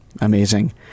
Amazing